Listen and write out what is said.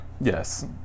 Yes